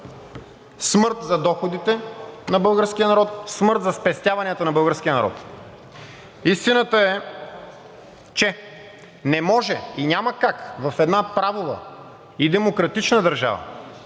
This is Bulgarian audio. смърт за доходите на българския народ, смърт за спестяванията на българския народ. Истината е, че не може и няма как в една правова и демократична държава